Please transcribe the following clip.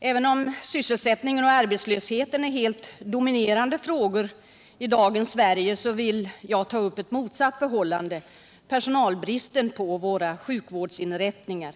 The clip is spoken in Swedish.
Herr talman! Sysselsättningen och arbetslösheten är helt dominerande frågor i dagens Sverige, men jag vill ta upp ett motsatt förhållande, nämligen personalbristen på våra sjukvårdsinrättningar.